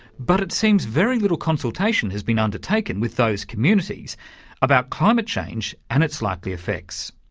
but it seems very little consultation has been undertaken with those communities about climate change and its likely affects.